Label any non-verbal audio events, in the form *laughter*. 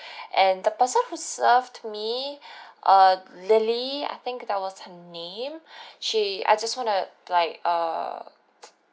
and the person who served me *breath* err lily I think that was her name she I just want to like err